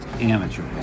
amateurs